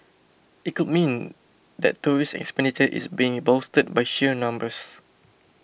it could mean that tourists expenditure is being bolstered by sheer numbers